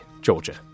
Georgia